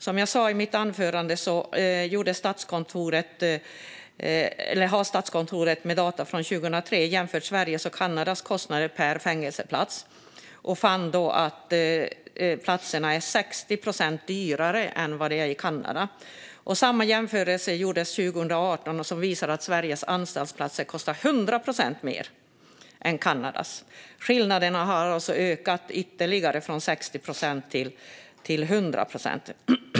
Som jag sa i mitt anförande har Statskontoret med data från 2003 jämfört Sveriges och Kanadas kostnader per fängelseplats. Man fann då att platserna var 60 procent dyrare i Sverige än i Kanada. Samma jämförelse gjordes 2018 och visade att Sveriges anstaltsplatser kostade 100 procent mer än Kanadas. Skillnaderna har alltså ökat ytterligare, från 60 till 100 procent.